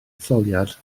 etholiad